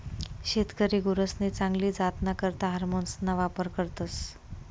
शेतकरी गुरसनी चांगली जातना करता हार्मोन्सना वापर करतस